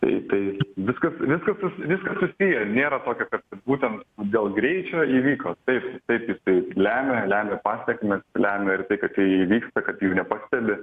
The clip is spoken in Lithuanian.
jei tai viskas viskas susi viskas susiję nėra tokio kad būtent dėl greičio įvyko taip taip jisai lemia lemia pasekmes lemia ir tai kad tai įvyksta kad jų nepastebi